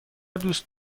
دوست